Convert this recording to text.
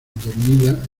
dormida